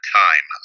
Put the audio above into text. time